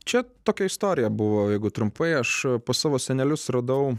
čia tokia istorija buvo jeigu trumpai aš po savo senelius radau